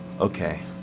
okay